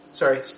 Sorry